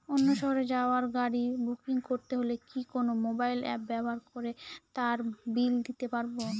অন্য শহরে যাওয়ার গাড়ী বুকিং করতে হলে কি কোনো মোবাইল অ্যাপ ব্যবহার করে তার বিল দিতে পারব?